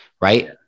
Right